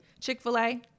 Chick-fil-a